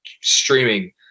streaming